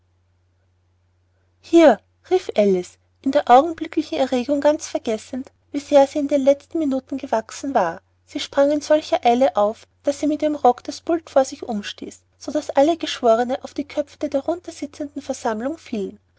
hier rief alice in der augenblicklichen erregung ganz vergessend wie sehr sie die letzten minuten gewachsen war sie sprang in solcher eile auf daß sie mit ihrem rock das pult vor sich umstieß so daß alle geschworne auf die köpfe der darunter sitzenden versammlung fielen